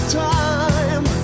time